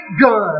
gun